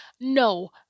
No